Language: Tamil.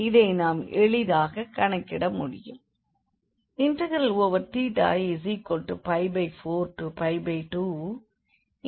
இதை நாம் எளிதாகக் கணக்கிட முடியும்